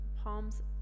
Palms